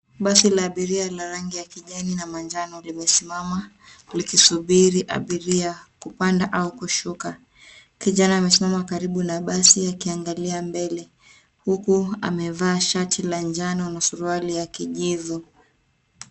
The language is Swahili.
Basi la abiria la rangi ya kijani na manjano limesimama likisubiri abiria kupanda au kushuka kijana amesimama karibu na basi akiangalia mbele huku amevaa shati la njano na suruali ya kijivu.